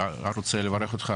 אני רוצה לברך אותך,